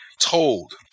told